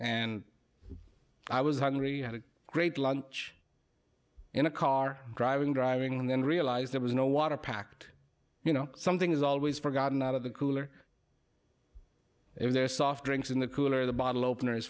and i was hungry had a great lunch in a car driving driving and then realised there was no water packed you know something's always forgotten out of the cooler if there are soft drinks in the cooler the bottle opener